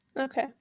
Okay